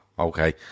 Okay